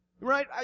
Right